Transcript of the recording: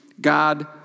God